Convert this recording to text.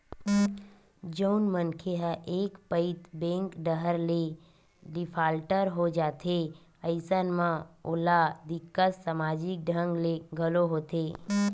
जउन मनखे ह एक पइत बेंक डाहर ले डिफाल्टर हो जाथे अइसन म ओला दिक्कत समाजिक ढंग ले घलो होथे